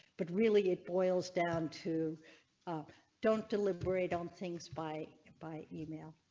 but really it boils down to um don't deliberate on things by by email.